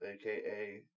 aka